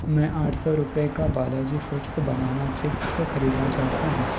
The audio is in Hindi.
मैं आठ सौ रुपए का बालाजी फूड्स बनाना चिप्स खरीदना चाहता हूँ